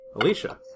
Alicia